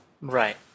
Right